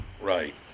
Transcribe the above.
Right